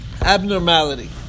abnormality